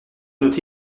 noter